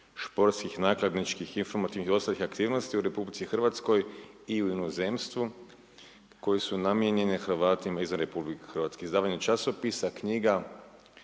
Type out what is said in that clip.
športskih nakladničkih informativnih i ostalih aktivnosti u Republici Hrvatskoj i inozemstvu koje su namijenjene Hrvatima izvan Republike Hrvatske. Izdavanje časopisa, knjiga